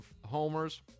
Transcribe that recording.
homers